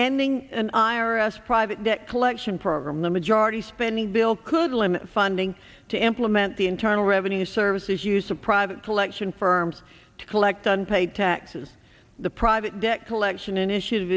ending an i r s private debt collection program the majority spending bill could limit funding to implement the internal revenue service is use of private collection firms to collect on pay taxes the private debt collection initiat